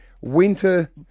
winter